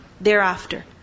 thereafter